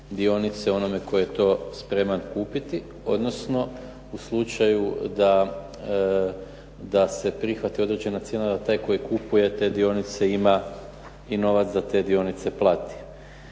dionice onome koji je to spreman kupiti, odnosno u slučaju da se prihvati određena cijena da taj koji kupuje te dionice ima i novac da te dionice plati.